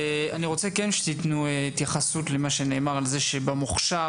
ואני רוצה שתיתנו התייחסות על מה שנאמר שבמוכשר